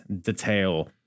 detail